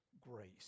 grace